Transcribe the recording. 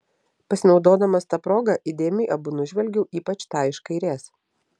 pasinaudodamas ta proga įdėmiai abu nužvelgiau ypač tą iš kairės